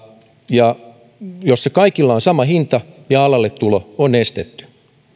jossa kaikilla on sama hinta ja alalle tulo on estetty